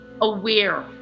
aware